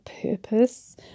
purpose